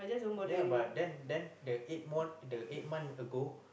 yeah but then then the eight more the eight month ago